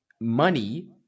Money